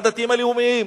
מהדתיים הלאומיים.